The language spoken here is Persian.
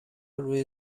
روی